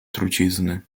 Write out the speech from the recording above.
trucizny